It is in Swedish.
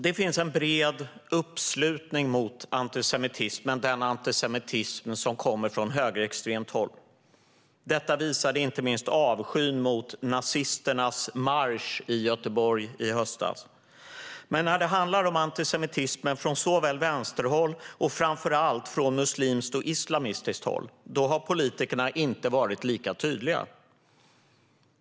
Det finns en bred uppslutning mot antisemitismen, den antisemitism som kommer från högerextremt håll. Detta visade inte minst avskyn mot nazisternas marsch i Göteborg i höstas. Men när det handlar om antisemitismen från vänsterhåll och framför allt från muslimskt och islamistiskt håll har politikerna inte varit lika tydliga.